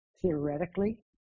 Theoretically